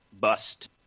bust